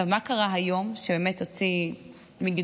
עכשיו, מה קרה היום שבאמת הוציא מגדרו?